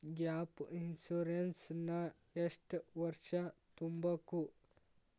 Gap insurance ನ ಎಷ್ಟ್ ವರ್ಷ ತುಂಬಕು?